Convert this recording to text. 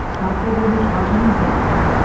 balfour wore his watch on his left hand,